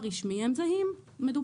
אין נתונים